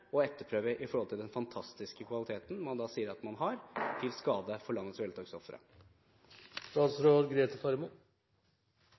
å etterprøve med hensyn til den fantastiske kvaliteten man sier at man har – til skade for landets